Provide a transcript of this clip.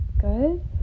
good